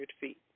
feet